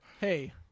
Hey